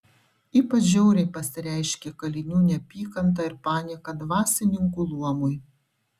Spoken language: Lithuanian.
ypač žiauriai pasireiškė kalinių neapykanta ir panieka dvasininkų luomui